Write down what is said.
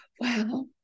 wow